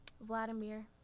Vladimir